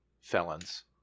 felons